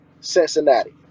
Cincinnati